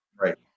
Right